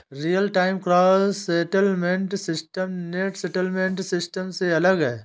real time gross settlement system net settlement system से अलग है